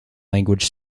language